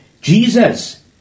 Jesus